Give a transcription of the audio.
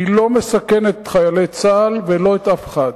היא לא מסכנת את חיילי צה"ל ולא את אף אחד,